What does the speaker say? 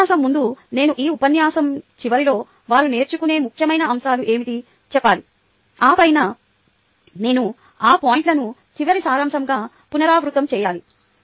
ఉపన్యాసం ముందు నేను ఈ ఉపన్యాసం చివరిలో వారు నేర్చుకునే ముఖ్యమైన అంశాలు ఏమిటి చెప్పాలి ఆపై నేను ఆ పాయింట్లను చివర సారాంశంగా పునరావృతం చేయాలి